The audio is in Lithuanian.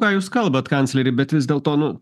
ką jūs kalbat kancleri bet vis dėlto nu